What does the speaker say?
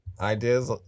ideas